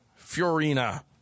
Fiorina